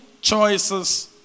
choices